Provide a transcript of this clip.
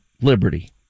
liberty